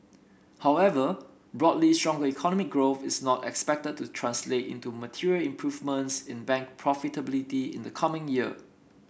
however broadly stronger economy growth is not expected to translate into material improvements in bank profitability in the coming year